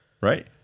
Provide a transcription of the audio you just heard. right